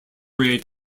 raid